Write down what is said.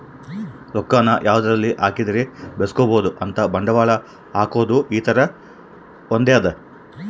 ರೊಕ್ಕ ನ ಯಾವದರಲ್ಲಿ ಹಾಕಿದರೆ ಬೆಳ್ಸ್ಬೊದು ಅಂತ ಬಂಡವಾಳ ಹಾಕೋದು ಈ ತರ ಹೊಂದ್ಯದ